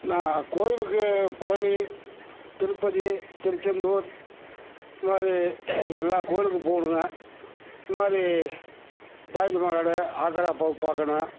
நான் கோயிலுக்கு பழனி திருப்பதி திருச்செந்தூர் இந்த மாதிரி எல்லாம் கோயிலுக்கும் போகணுங்க இந்த மாதிரி தாஜ்மஹால் ஆக்ரா போய் பார்க்கணும்